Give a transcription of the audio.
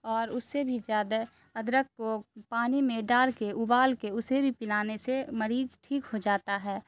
اور اس سے بھی زیادہ ادرک کو پانی میں ڈال کے ابال کے اسے بھی پلانے سے مریض ٹھیک ہو جاتا ہے